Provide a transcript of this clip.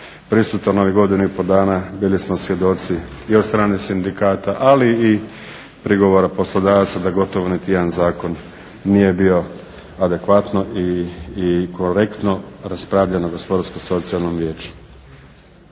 prisutan u ovih godinu i pol dana bili smo svjedoci i od strane sindikata ali i prigovora poslodavaca da gotovo niti jedan zakon nije bio adekvatno i korektno raspravljen na gospodarsko-socijalnom vijeću.